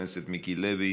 חבר הכנסת מיקי לוי,